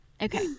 Okay